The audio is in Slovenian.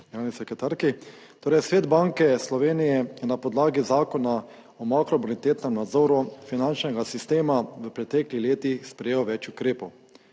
Svet Banke Slovenije je na podlagi Zakona o makrobonitetnem nadzoru finančnega sistema v preteklih letih sprejel več ukrepov.